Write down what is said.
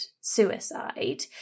suicide